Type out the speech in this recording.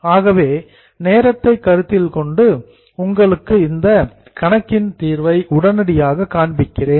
ஆகவே நேரத்தை கருத்தில் கொண்டு உங்களுக்கு இந்த கணக்கின் தீர்வை உடனடியாக காண்பிக்கிறேன்